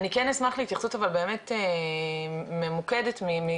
אני כן אשמח להתייחס אבל באמת ממוקדת אנחנו